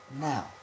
Now